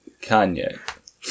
Kanye